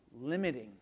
limiting